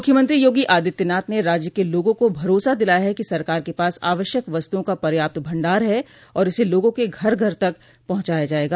मुख्यमंत्री योगी आदित्यनाथ ने राज्य के लोगों का भरोसा दिलाया है कि सरकार के पास आवश्यक वस्तुओं का पर्याप्त भंडार है और इसे लोगों के घर घर तक पहुंचाया जाएगा